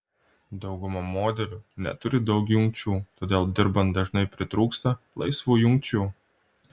dauguma modelių neturi daug jungčių todėl dirbant dažnai pritrūksta laisvų jungčių